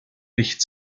licht